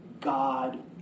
God